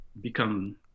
become